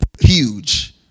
huge